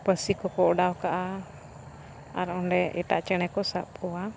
ᱯᱟᱹᱥᱤ ᱠᱚ ᱠᱚ ᱚᱰᱟᱣ ᱠᱟᱜᱼᱟ ᱟᱨ ᱚᱸᱰᱮ ᱮᱴᱟᱜ ᱪᱮᱬᱮ ᱠᱚ ᱥᱟᱵ ᱠᱚᱣᱟ